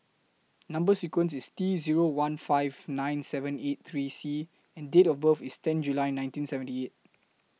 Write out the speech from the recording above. Number sequence IS T Zero one five nine seven eight three C and Date of birth IS ten July nineteen seventy eight